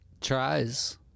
tries